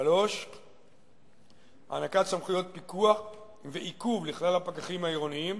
3. הענקת סמכויות פיקוח ועיכוב לכלל הפקחים העירוניים